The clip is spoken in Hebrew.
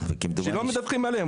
שלא מדווחים עליהם?